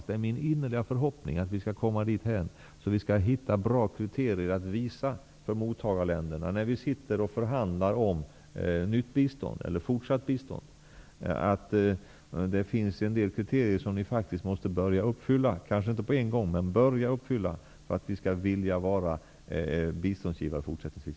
Det är min innerliga förhoppning att vi skall komma dithän att vi hittar bra kriterier att visa på för mottagarländerna, när vi förhandlar om nytt eller fortsatt bistånd. Vi måste kunna visa att det finns en del kriterier som de faktiskt måste börja uppfylla för att Sverige skall vilja vara biståndsgivare fortsättningsvis.